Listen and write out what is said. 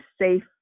safe